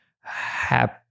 Happy